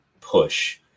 push